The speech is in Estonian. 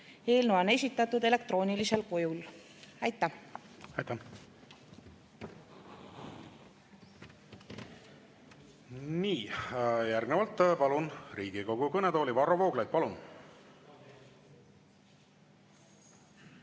Eelnõu on esitatud elektroonilisel kujul. Aitäh! Nii. Järgnevalt palun Riigikogu kõnetooli, Varro Vooglaid. Palun!